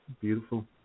beautiful